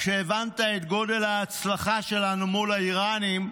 כשהבנת את גודל ההצלחה שלנו מול האיראנים,